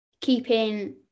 keeping